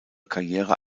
karriere